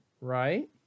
right